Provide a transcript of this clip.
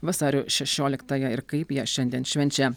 vasario šešioliktąją ir kaip ją šiandien švenčia